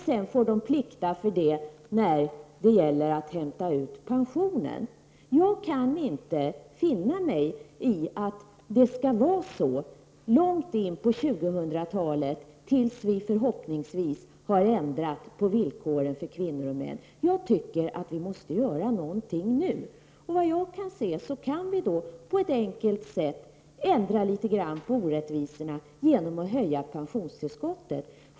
Sedan får de plikta för det när de skall hämta ut pensionen. Jag kan inte finna mig i att det skall vara så, långt in på 2000-talet, tills vi förhoppningsvis har ändrat på villkoren för kvinnor och män. Jag tycker att vi måste göra något nu. Vad jag kan se kan vi på ett enkelt sätt ändra litet grand på orättvisorna genom att höja pensionstillskottet.